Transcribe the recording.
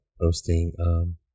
posting